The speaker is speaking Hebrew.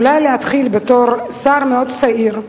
אולי להתחיל בתור שר מאוד צעיר,